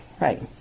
right